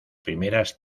primeras